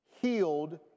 healed